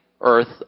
Earth